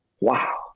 wow